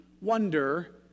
wonder